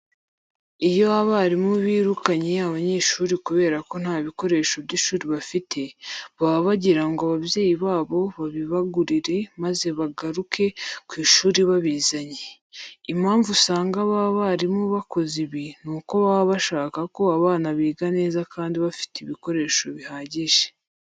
Iyo abarimu birukanye abanyeshuri kubera ko nta bikoresho by'ishuri bafite, baba bagira ngo ababyeyi babo babibagurire maze bagaruke ku ishuri babizanye. Impamvu usanga aba barimu bakoze ibi, nuko baba bashaka ko abana biga neza kandi bafite ibikoresho bihagije.